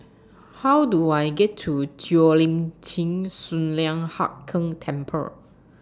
How Do I get to Cheo Lim Chin Sun Lian Hup Keng Temple